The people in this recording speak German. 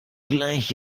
gleich